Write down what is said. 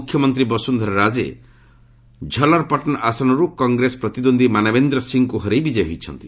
ମୁଖ୍ୟମନ୍ତ୍ରୀ ବସୁନ୍ଧରା ରାଜେ ଝଲରପଟନ ଆସନରୁ କଂଗ୍ରେସ ପ୍ରତିଦ୍ୱନ୍ଦ୍ୱୀ ମାନବେନ୍ଦ୍ର ସିଂଙ୍କୁ ହରାଇ ବିଜୟୀ ହୋଇଛନ୍ତି